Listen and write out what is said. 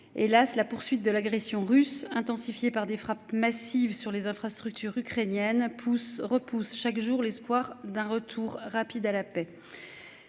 Hélas, la poursuite de l'agression russe intensifié par des frappes massives sur les infrastructures ukrainiennes pousse repousse chaque jour l'espoir d'un retour rapide à la paix.